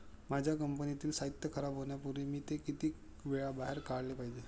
माझ्या कंपनीतील साहित्य खराब होण्यापूर्वी मी ते किती वेळा बाहेर काढले पाहिजे?